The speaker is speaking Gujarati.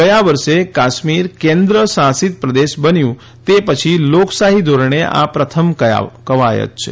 ગયા વર્ષે કાશ્મીર કેન્દ્રશાસિત પ્રદેશ બન્યું તે પછીની લોકશાહી ધોરણે આ પ્રથમ કવાયત છે